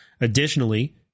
Additionally